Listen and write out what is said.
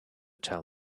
tell